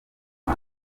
aba